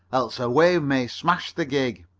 else a wave may smash the gig.